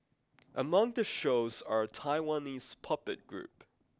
among the shows are a Taiwanese puppet group